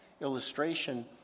illustration